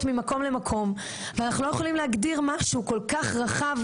ממקום למקום ואנחנו לא יכולים להגדיר משהו כל כך רחב,